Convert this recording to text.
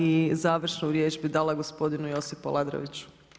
I završnu riječ bi dala gospodinu Josipu Aladrović.